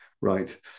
right